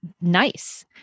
nice